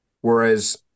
whereas